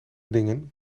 dingen